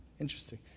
Interesting